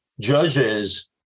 judges